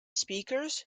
speakers